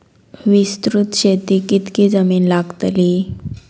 विस्तृत शेतीक कितकी जमीन लागतली?